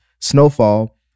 *Snowfall*